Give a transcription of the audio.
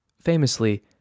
Famously